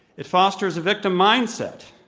it fosters a victim mindset,